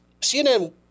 CNN